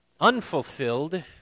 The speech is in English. unfulfilled